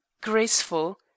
graceful